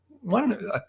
one